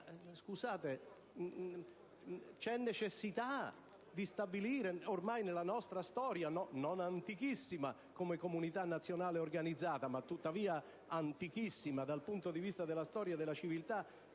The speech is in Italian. davvero la necessità di stabilire, ormai, nella nostra storia - non antichissima come comunità nazionale organizzata, ma tuttavia antichissima dal punto di vista della storia e della civiltà